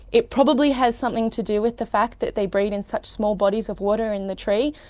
it probably has something to do with the fact that they breed in such small bodies of water in the tree,